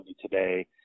today